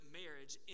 marriage